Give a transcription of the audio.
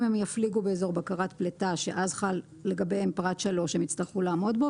אם הם יפליגו באזור בקרת פליטה שאז חל לגביהם פרט 3 הם יצטרכו לעמוד בו,